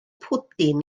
pwdin